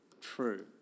True